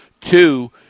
Two